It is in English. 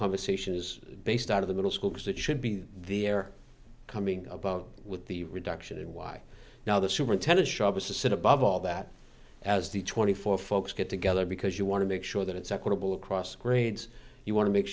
conversation is based out of the middle school because it should be the air coming about with the reduction and why now the superintendent shahbaz to sit above all that as the twenty four folks get together because you want to make sure that it's equitable across grades you want to make